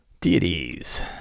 Deities